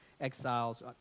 exiles